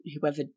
whoever